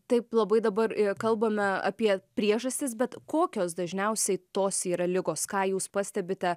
taip labai dabar kalbame apie priežastis bet kokios dažniausiai tos yra ligos ką jūs pastebite